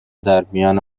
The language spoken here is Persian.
درمیان